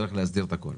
נצטרך להסדיר את הכול.